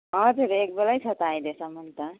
हजुर एक बेलै छ त अहिलेसम्म त